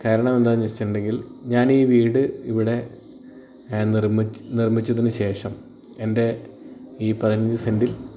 കാരണം എന്താണ് വെച്ചിട്ടുണ്ടെങ്കിൽ ഞാൻ ഈ വീട് ഇവിടെ നിർമിച്ചതിന് ശേഷം എൻ്റെ ഈ പതിനഞ്ച് സെൻറ്റിൽ